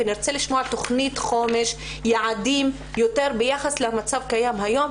ונרצה לשמוע תכנית חומש ויעדים ביחס למצב הקיים היום,